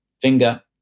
Finger